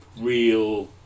real